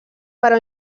però